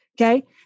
Okay